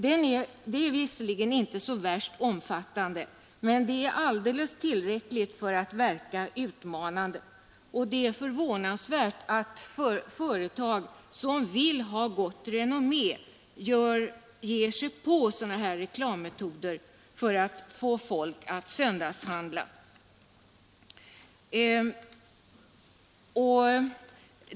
Detta är visserligen inte så värst omfattande, men det är alldeles tillräckligt för att verka utmanande, och det är förvånande att företag som vill ha gott renommé ger sig in på sådana här reklammetoder för att få folk att söndagshandla.